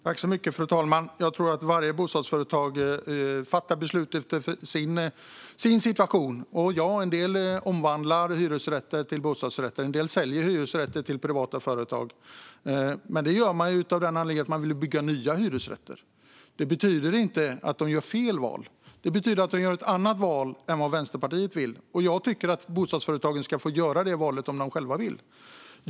Fru talman! Jag tror att varje bostadsföretag fattar beslut utifrån sin situation. Ja, en del omvandlar hyresrätter till bostadsrätter, och en del säljer hyresrätter till privata företag. Men det gör man av den anledningen att man vill bygga nya hyresrätter. Det betyder inte att de gör fel val, utan det betyder att de gör ett annat val än vad Vänsterpartiet vill. Jag tycker att bostadsföretagen ska få göra det valet om de själva vill.